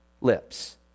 lips